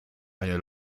eine